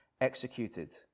executed